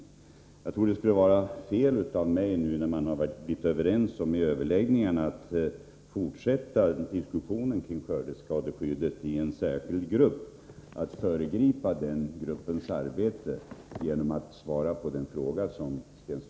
Jag tror att det skulle vara fel av mig att föregripa den tillsatta gruppens arbete genom att svara Sten på Svenssons fråga, när man nu har kommit Nr 119 överens om att fortsätta diskussionerna kring skördeskadeskyddet där.